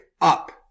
up